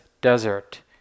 desert